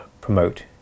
promote